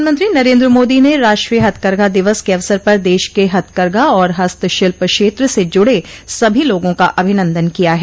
प्रधानमंत्री नरेन्द्र मोदी ने राष्ट्रीय हथकरघा दिवस के अवसर पर देश के हथकरघा और हस्तशिल्प क्षेत्र से जुड़े सभी लोगों का अभिनंदन किया है